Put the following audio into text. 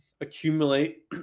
accumulate